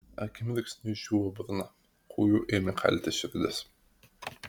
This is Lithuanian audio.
akimirksniu išdžiūvo burna kūju ėmė kalti širdis